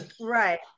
Right